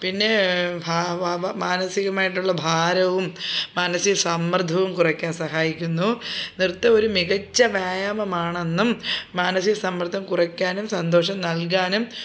പിന്നേ ഭാവ മാനസികമായിട്ടുള്ള ഭാരവും മാനസിക സമ്മർദ്ദവും കുറയ്ക്കാൻ സഹായിക്കുന്നു നൃത്തം ഒരു മികച്ച വ്യായാമമാണെന്നും മാനസികസമ്മർദ്ദം കുറയ്ക്കാനും സന്തോഷം നൽകാനും